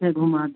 फिर घूमा देंगे